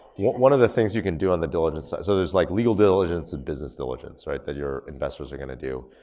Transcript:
one of the things you can do on the diligence side. so there's like legal diligence and business diligence, right, that your investors are gonna do.